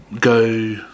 go